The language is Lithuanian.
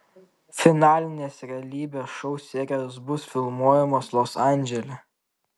finalinės realybės šou serijos bus filmuojamos los andžele